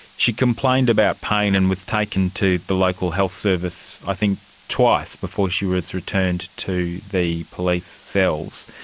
she complained about pain and was taken to the local health service i think twice before she was returned to the police cells.